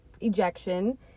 ejection